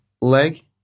leg